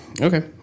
okay